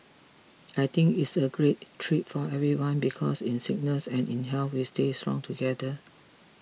I think it's a great treat for everyone because in sickness and in health we stay strong together